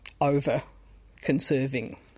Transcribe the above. over-conserving